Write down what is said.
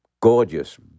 gorgeous